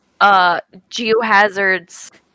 geohazards